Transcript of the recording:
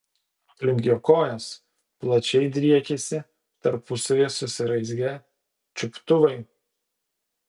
aplink jo kojas plačiai driekėsi tarpusavyje susiraizgę čiuptuvai